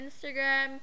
Instagram